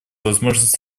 возможность